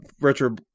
Retro